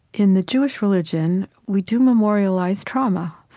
in the jewish religion, we do memorialize trauma.